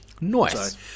Nice